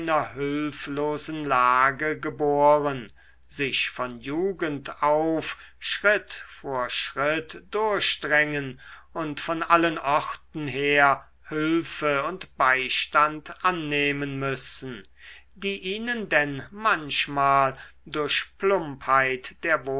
hülflosen lage geboren sich von jugend auf schritt vor schritt durchdrängen und von allen orten her hülfe und beistand annehmen müssen die ihnen denn manchmal durch